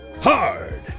Hard